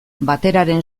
bateraren